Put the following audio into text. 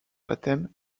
baptême